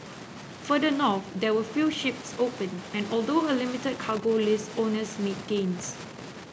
further north there were few ships open and although a limited cargo list owners made gains